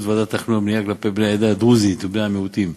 ועדת התכנון והבנייה כלפי בני העדה הדרוזית ובני מיעוטים.